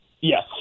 Yes